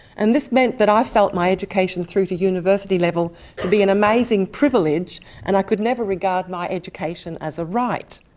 and this meant that i felt my education through to university level to be an amazing privilege and i could never regard my education as a right.